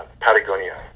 Patagonia